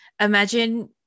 imagine